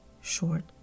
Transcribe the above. short